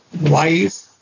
wife